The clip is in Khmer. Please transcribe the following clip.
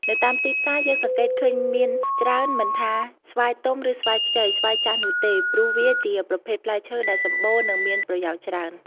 នៅតាមទីផ្សារយើងសង្កេតឃើញមានច្រើនមិនថាស្វាយទុំឬស្វាយខ្ចី ស្វាយចាស់នោះទេ ព្រោះវាជាប្រភេទផ្លែឈើដែលសម្បូរនិងមានប្រយោជន៍ច្រើន។